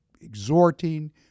exhorting